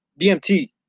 DMT